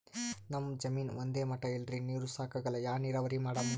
ನಮ್ ಜಮೀನ ಒಂದೇ ಮಟಾ ಇಲ್ರಿ, ನೀರೂ ಸಾಕಾಗಲ್ಲ, ಯಾ ನೀರಾವರಿ ಮಾಡಮು?